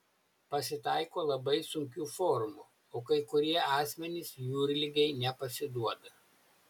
pasitaiko labai sunkių formų o kai kurie asmenys jūrligei nepasiduoda